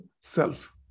self